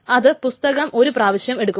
അത് പുസ്തകം ഒരു പ്രവശ്യം എടുക്കും